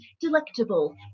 delectable